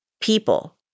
people